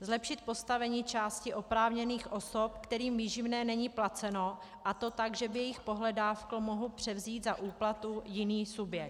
Zlepšit postavení části oprávněných osob, kterým výživné není placeno, a to tak, že by jejich pohledávku mohl převzít za úplatu jiný subjekt.